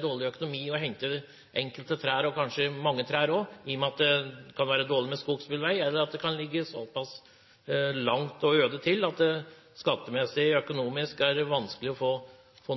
dårlig økonomi i å hente ut enkelte trær, og kanskje mange trær også, i og med at det kan være dårlig med skogsbilveier, eller at det kan ligge såpass øde til at det skattemessig og økonomisk er vanskelig å få